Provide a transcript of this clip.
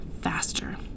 faster